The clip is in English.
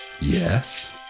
Yes